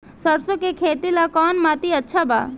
सरसों के खेती ला कवन माटी अच्छा बा?